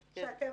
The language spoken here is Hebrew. אותו.